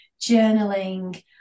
journaling